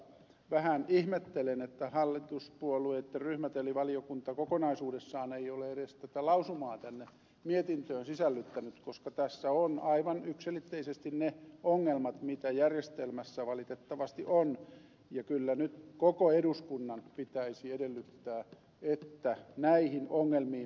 vähän ihmettelen että hallituspuolueitten ryhmät eli valiokunta kokonaisuudessaan ei ole edes tätä lausumaa tänne mietintöön sisällyttänyt koska tässä on mainittu aivan yksiselitteisesti ne ongelmat mitä järjestelmässä valitettavasti on ja kyllä nyt koko eduskunnan pitäisi edellyttää että näihin ongelmiin puututaan